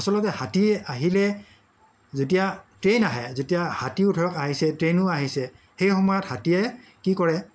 আচলতে হাতী আহিলে যেতিয়া ট্ৰেইন আহে যেতিয়া হাতীও ধৰক আহিছে ট্ৰেইনো আহিছে সেই সময়ত হাতীয়ে কি কৰে